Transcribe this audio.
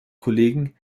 kollegen